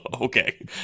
okay